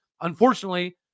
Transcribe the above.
unfortunately